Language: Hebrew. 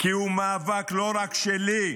כי הוא מאבק לא רק שלי,